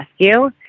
Rescue